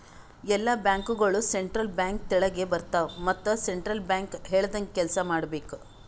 ಎಲ್ಲಾ ಬ್ಯಾಂಕ್ಗೋಳು central bank ತೆಳಗೆ ಬರ್ತಾವ ಮತ್ ಸೆಂಟ್ರಲ್ ಬ್ಯಾಂಕ್ ಹೇಳ್ದಂಗೆ ಕೆಲ್ಸಾ ಮಾಡ್ಬೇಕ್